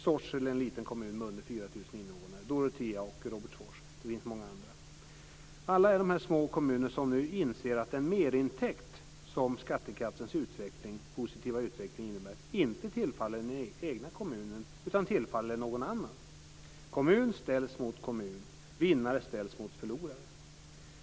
Sorsele är en liten kommun med färre än 4 000 invånare. Där finns Dorotea och Robertsfors och många andra. Alla dessa små kommuner inser att den merintäkt som skattekraftens positiva utveckling innebär inte tillfaller den egna kommunen utan tillfaller någon annan. Kommun ställs mot kommun. Vinnare ställs mot förlorare.